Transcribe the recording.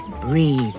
Breathe